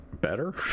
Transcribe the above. better